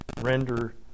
render